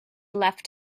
left